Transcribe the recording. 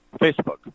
Facebook